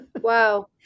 Wow